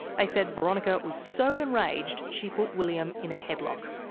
they said boronika was so enraged she put william in a headlock.